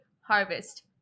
harvest